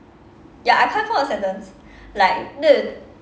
ya I can't form a sentence like uh